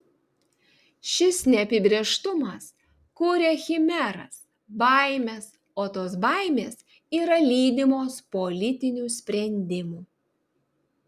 šis neapibrėžtumas kuria chimeras baimes o tos baimės yra lydimos politinių sprendimų